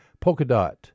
Polkadot